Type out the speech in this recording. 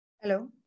hello